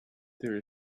there